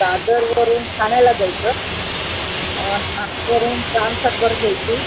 दादरवरून ठाण्याला जायचं ठाण्यावरून ट्रान्स हार्बर घ्यायची